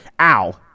Ow